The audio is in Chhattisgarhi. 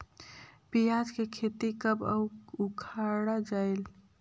पियाज के खेती कब अउ उखाड़ा जायेल?